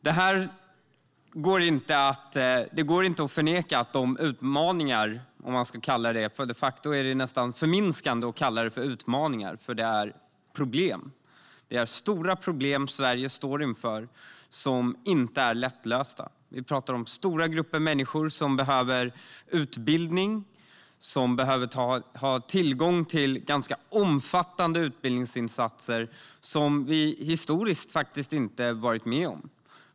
Det går inte att förneka att vi står inför utmaningar - de facto är det nästan förminskande att kalla det för utmaningar, för det är stora problem Sverige står inför, och de är inte lättlösta. Det handlar om stora grupper människor som behöver utbildning. De behöver ganska omfattande utbildningsinsatser, något som vi historiskt aldrig varit med om.